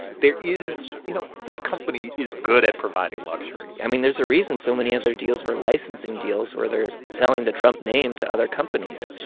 there is you know, this company is good at providing luxury i mean, there's a reason so many other deals were licensing deals where they're selling the trump name to other companies.